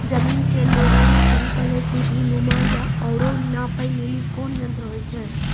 जमीन के लेवल समतल सीढी नुमा या औरो नापै लेली कोन यंत्र होय छै?